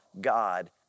God